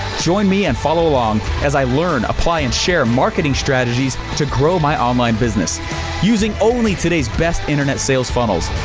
join me and follow along as i learn, apply, and share marketing strategies to grow my online business using only today's best internet sales funnels.